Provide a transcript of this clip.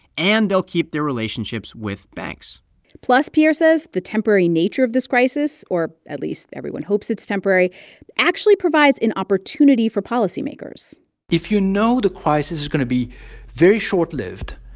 and they'll keep their relationships with banks plus, pierre says the temporary nature of this crisis or at least everyone hopes it's temporary actually provides an opportunity for policymakers if you know the crisis is going to be very short-lived,